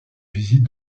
visite